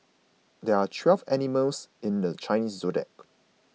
there are twelve animals in the Chinese zodiac